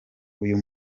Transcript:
uyu